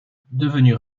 devenu